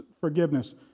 forgiveness